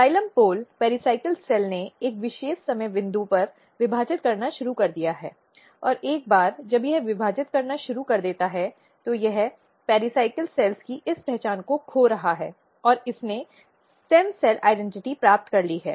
xylem pole pericycle cell ने एक विशेष समय बिंदु पर विभाजित करना शुरू कर दिया है और एक बार जब यह विभाजित करना शुरू कर दिया है तो यह पेराइकल कोशिकाओं की इस पहचान को खो रहा है और इसने स्टेम सेल पहचान प्राप्त कर ली है